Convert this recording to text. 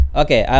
okay